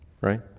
right